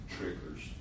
triggers